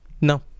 No